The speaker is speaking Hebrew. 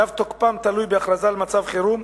שאף תוקפם תלוי בהכרזה על מצב חירום,